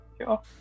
Sure